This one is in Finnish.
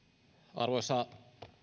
arvoisa